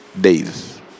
Days